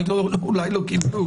אולי הם לא קיבלו